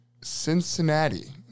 Cincinnati